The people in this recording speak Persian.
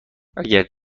اگر